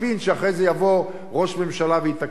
שאחרי זה יבוא ראש הממשלה ויתקן.